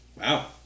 Wow